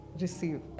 receive